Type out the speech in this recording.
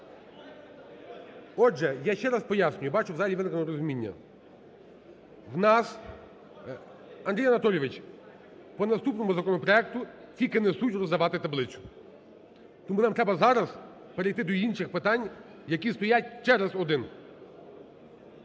Отже, я ще раз пояснюю, бачу, в залі виникло нерозуміння. В нас... Андрій Анатолійович, по наступному законопроекту тільки несуть роздавати таблицю. Тому нам треба зараз перейти до інших питань, які стоять через один.